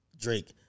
Drake